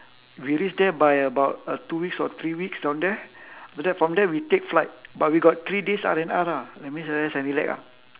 we reach there by about uh two weeks or three weeks down there but then from there we take flight but we got three days R&R lah that means like that can relax lah